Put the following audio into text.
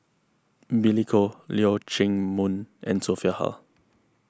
Billy Koh Leong Chee Mun and Sophia Hull